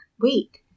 wait